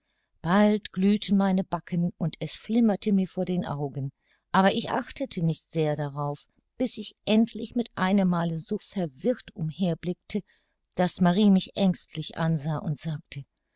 bald glühten meine backen und es flimmerte mir vor den augen aber ich achtete nicht sehr darauf bis ich endlich mit einem male so verwirrt umher blickte daß marie mich ängstlich ansah und sagte